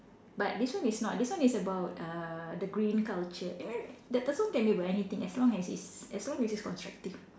but this one is not this one is about uh the green culture eh the song can be about anything as long as it's as long as it's constructive